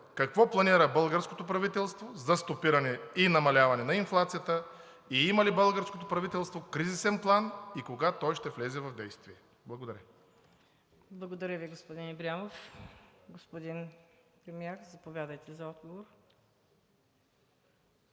какво планира българското правителство за стопиране и намаляване на инфлацията, има ли българското правителство кризисен план и кога той ще влезе в действие? Благодаря. ПРЕДСЕДАТЕЛ МУКАДДЕС НАЛБАНТ: Благодаря Ви, господин Ибрямов. Господин Премиер, заповядайте за отговор.